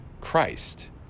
Christ